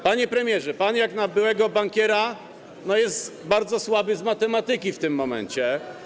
Panie premierze, pan jak na byłego bankiera jest bardzo słaby z matematyki w tym momencie.